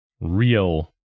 real